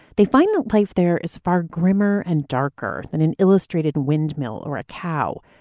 they find the place. there is far grimmer and darker than an illustrated windmill or a cow.